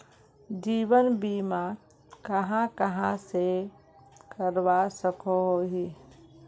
जीवन बीमा कहाँ कहाँ से करवा सकोहो ही?